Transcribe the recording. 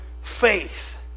faith